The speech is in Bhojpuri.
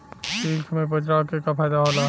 ईख मे पोटास के का फायदा होला?